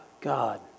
God